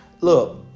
Look